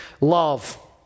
love